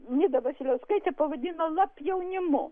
nida vasiliauskaitė pavadino lapjaunimu